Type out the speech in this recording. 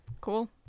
cool